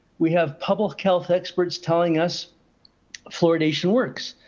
we have public health experts telling us fluoridation works,